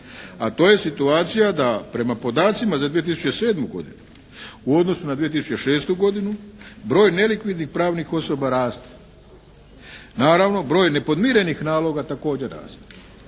a to je situacija da prema podacima za 2007. godinu u odnosu na 2006. godinu broj nelikvidnih pravnih osoba raste. Naravno broj nepodmirenih naloga također raste.